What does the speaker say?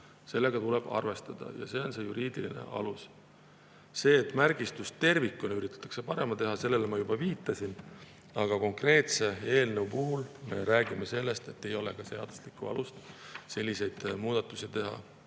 Sellega tuleb arvestada ja see on see juriidiline alus. Sellele, et märgistust tervikuna üritatakse paremaks teha, ma juba viitasin. Aga konkreetse eelnõu puhul me räägime sellest, et ei ole seaduslikku alust selliseid muudatusi teha.